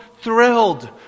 thrilled